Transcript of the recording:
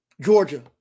Georgia